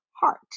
heart